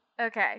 okay